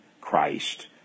Christ